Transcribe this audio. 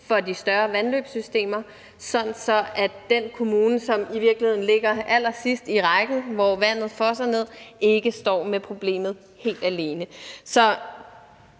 for de større vandløbssystemer, sådan at den kommune, som i virkeligheden ligger allersidst i rækken, og hvor vandet fosser ned, ikke står med problemet helt alene. Så